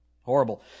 horrible